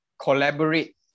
collaborate